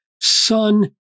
Son